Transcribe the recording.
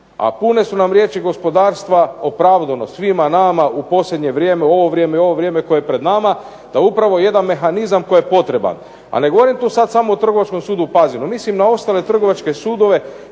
a pune su nam riječi gospodarstva opravdano svima nama u posljednje vrijeme, u ovo vrijeme koje je pred nama, da upravo jedan mehanizam koji je potreba. A ne govorim tu sad samo o Trgovačkom sudu u Pazinu, mislim na ostale trgovačke sudove